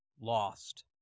lost